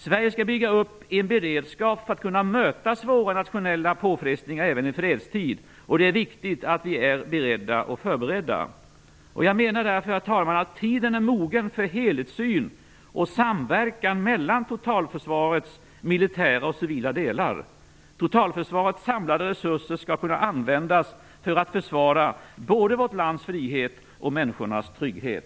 Sverige skall bygga upp en beredskap för att kunna möta svåra nationella påfrestningar även i fredstid, och det är viktigt att vi är beredda och förberedda. Jag menar därför, herr talman, att tiden är mogen för en helhetssyn och samverkan mellan totalförsvarets militära och civila delar. Totalförsvarets samlade resurser skall kunna användas för att försvara både vårt lands frihet och människornas trygghet.